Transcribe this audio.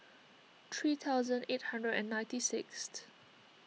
three thousand eight hundred and ninety sixth